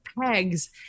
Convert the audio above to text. pegs